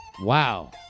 Wow